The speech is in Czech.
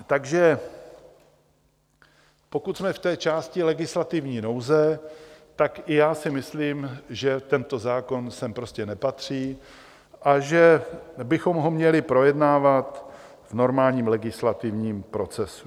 Takže pokud jsme v té části legislativní nouze, tak i já si myslím, že tento zákon sem prostě nepatří a že bychom ho měli projednávat v normálním legislativním procesu.